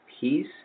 peace